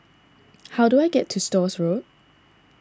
how do I get to Stores Road